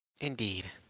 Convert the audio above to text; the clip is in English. Indeed